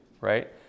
right